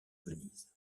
venise